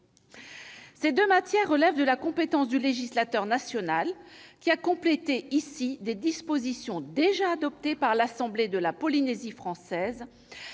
Ces deux matières relèvent de la compétence du législateur national, qui a complété ici des dispositions déjà adoptées par l'Assemblée de la Polynésie française,